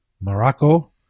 Morocco